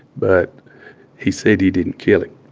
but he said he didn't kill him